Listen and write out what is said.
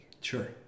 Sure